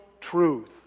truth